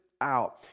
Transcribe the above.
out